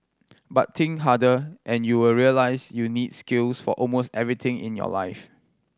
but think harder and you will realise you need skills for almost everything in your life